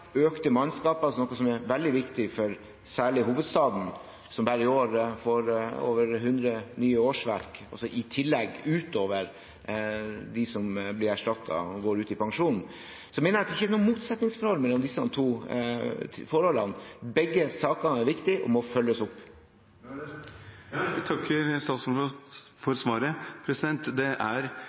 økte ressurser og økte mannskaper, noe som er veldig viktig særlig for hovedstaden, som bare i år får over 100 nye årsverk utover dem som blir erstattet og går ut i pensjon. Begge sakene er viktige og må følges opp. Jeg takker statsråden for svaret. For